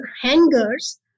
hangers